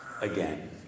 again